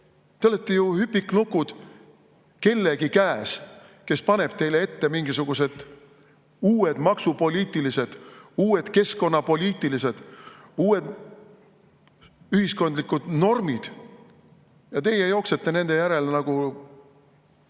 olete ju hüpiknukud kellegi käes, kes paneb teile ette mingisugused uued maksupoliitilised, uued keskkonnapoliitilised, uued ühiskondlikud normid – ja teie jooksete nende järel nagu